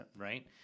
Right